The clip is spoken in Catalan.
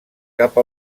cap